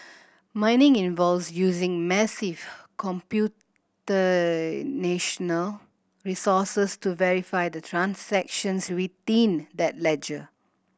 mining involves using massive resources to verify the transactions within that ledger